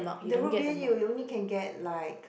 the Root beer you you only can get like